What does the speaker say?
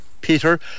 Peter